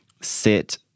sit